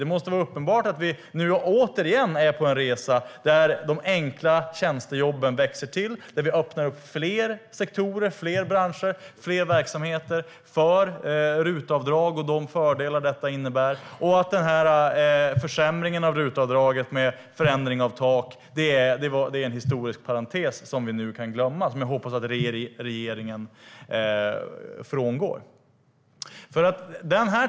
Det måste vara uppenbart att vi nu återigen är på en resa där de enkla tjänstejobben växer till, där fler sektorer, branscher och verksamheter öppnas för de fördelar RUT-avdrag innebär. Försämringen av RUT-avdraget ska vara en historisk parentes som vi nu kan glömma. Jag hoppas att regeringen frångår försämringen.